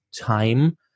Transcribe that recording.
time